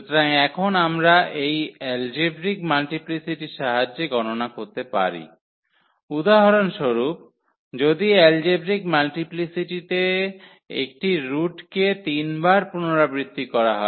সুতরাং এখন আমরা এই এলজেব্রিক মাল্টিপ্লিসিটির সাহায্যে গণনা করতে পারি উদাহরণস্বরূপ যদি এলজেব্রিক মাল্টিপ্লিসিটিতে একটি রুটকে 3 বার পুনরাবৃত্তি করা হয়